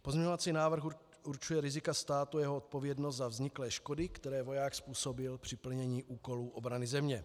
Pozměňovací návrh určuje rizika státu a jeho odpovědnost za vzniklé škody, které voják způsobil při plnění úkolů obrany země.